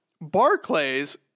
Barclays